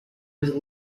was